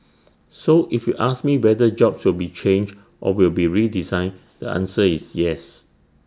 so if you ask me whether jobs will be changed or will be redesigned the answer is yes